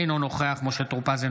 אינו נוכח משה טור פז,